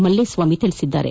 ಮಲ್ಲೇಸ್ವಾಮಿ ತಿಳಿಸಿದ್ದಾರೆ